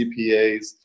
CPAs